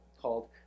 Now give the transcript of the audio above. called